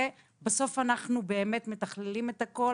בסוף אנחנו מתכללים הכול.